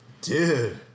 Dude